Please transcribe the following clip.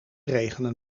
regenen